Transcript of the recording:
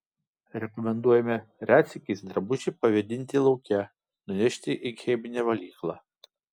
rekomenduojame retsykiais drabužį pavėdinti lauke nunešti į cheminę valyklą